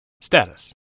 Status